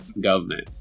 government